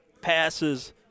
passes